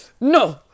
no